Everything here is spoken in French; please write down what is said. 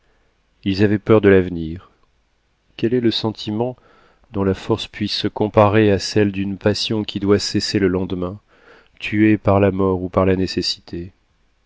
ils avaient peur de l'avenir quel est le sentiment dont la force puisse se comparer à celle d'une passion qui doit cesser le lendemain tuée par la mort ou par la nécessité